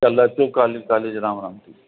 कल्ह अचो college college Ram Ram